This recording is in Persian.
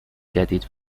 جدید